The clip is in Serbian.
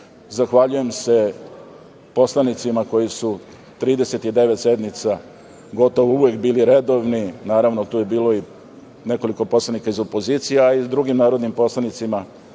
nama. Zahvaljujem se poslanicima koji su 39 sednica gotovo uvek bili redovni. Naravno tu je bilo i nekoliko poslanika iz opozicije, a i drugim narodnim poslanicima